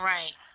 Right